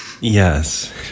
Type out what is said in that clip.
Yes